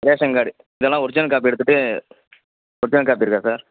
ration card இதெல்லாம் original copy எடுத்துவிட்டு original copy இருக்கா சார்